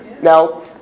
Now